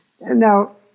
now